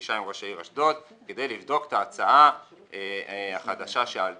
לפגישה עם ראש העיר אשדוד כדי לבדוק את ההצעה החדשה שעלתה.